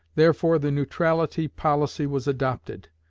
therefore the neutrality policy was adopted.